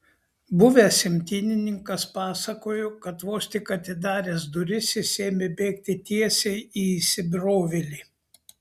buvęs imtynininkas pasakojo kad vos tik atidaręs duris jis ėmė bėgti tiesiai į įsibrovėlį